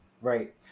Right